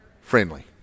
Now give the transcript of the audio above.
Friendly